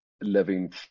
living